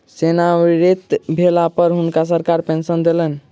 सेवानिवृत भेला पर हुनका सरकार पेंशन देलकैन